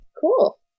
Cool